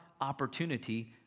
opportunity